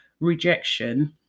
rejection